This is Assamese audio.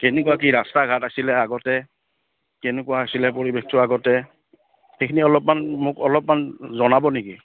কেনেকুৱা কি ৰাস্তা ঘাট আছিলে আগতে কেনেকুৱা আছিলে পৰিৱেশটো আগতে সেইখিনি অলপমান মোক অলপমান জনাব নেকি